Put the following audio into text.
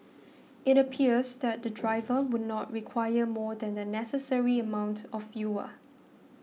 it appears that the driver would not require more than the necessary amount of fuel